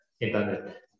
internet